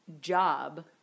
job